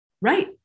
Right